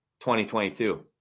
2022